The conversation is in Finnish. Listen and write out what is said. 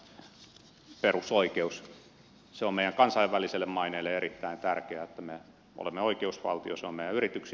se on meidän kansainväliselle maineelle erittäin tärkeää että me olemme oikeusvaltio